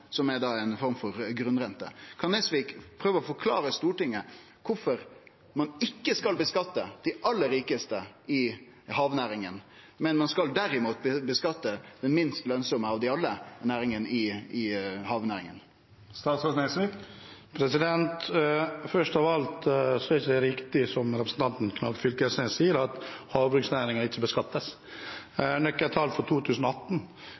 som er ei form for grunnrente – til staten. Kan statsråd Nesvik prøve å forklare Stortinget kvifor ein ikkje skal skattleggje dei aller rikaste i havnæringane, men at ein derimot skal skattleggje dei minst lønsame av alle havnæringane? Først av alt er det ikke riktig, det representanten Knag Fylkesnes sier om at havbruksnæringen ikke beskattes. Nøkkeltall for 2018